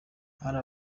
hari